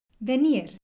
Venir